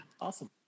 awesome